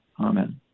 Amen